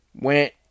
went